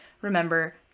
remember